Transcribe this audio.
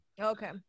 Okay